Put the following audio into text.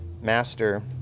master